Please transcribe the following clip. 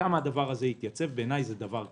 כמה הדבר הזה יתייצב זה בעיניי דבר קריטי.